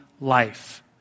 life